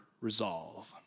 Resolve